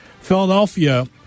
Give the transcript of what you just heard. Philadelphia